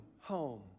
home